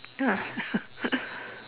ah